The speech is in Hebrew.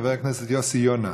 חבר הכנסת יוסי יונה.